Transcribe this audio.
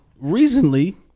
recently